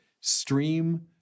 stream